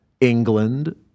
England